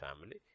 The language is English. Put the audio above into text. family